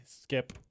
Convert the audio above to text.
Skip